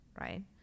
right